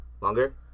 Longer